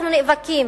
אנחנו נאבקים